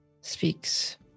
speaks